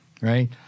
right